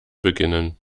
beginnen